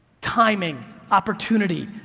timing, opportunity,